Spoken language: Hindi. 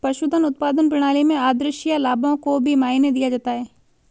पशुधन उत्पादन प्रणाली में आद्रशिया लाभों को भी मायने दिया जाता है